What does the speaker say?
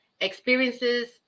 experiences